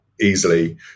easily